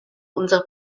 unserer